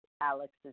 Alex's